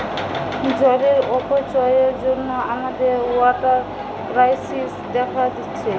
জলের অপচয়ের জন্যে আমাদের ওয়াটার ক্রাইসিস দেখা দিচ্ছে